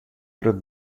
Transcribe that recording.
grut